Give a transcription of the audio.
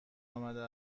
آمده